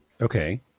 okay